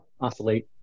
oscillate